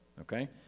okay